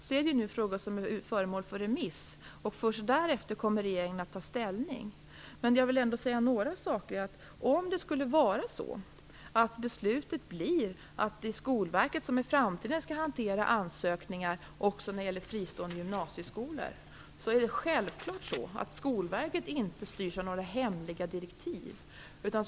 Denna fråga är nu föremål för remissbehandling, och först därefter kommer regeringen att ta ställning till den. Jag vill ändå säga några saker. Om beslutet kommer att innebära att det är Skolverket som i framtiden skall hantera ansökningarna också från fristående gymnasieskolor är det självfallet så att Skolverket inte styrs av några hemliga direktiv.